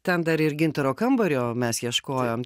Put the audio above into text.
ten dar ir gintaro kambario mes ieškojom